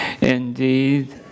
Indeed